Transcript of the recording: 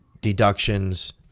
deductions